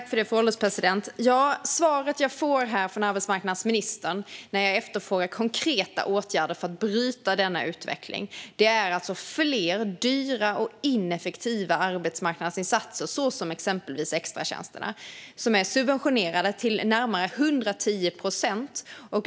Fru ålderspresident! Det svar jag får från arbetsmarknadsministern när jag efterfrågar konkreta åtgärder för att bryta denna utveckling är alltså fler dyra och ineffektiva arbetsmarknadsinsatser, exempelvis extratjänsterna, som är subventionerade till närmare 110 procent.